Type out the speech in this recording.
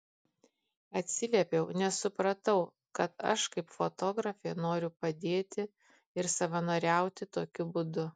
atsiliepiau nes supratau kad aš kaip fotografė noriu padėti ir savanoriauti tokiu būdu